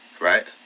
Right